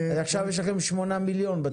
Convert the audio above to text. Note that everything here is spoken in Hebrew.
עכשיו יש לכם שמונה מיליון בתקציב.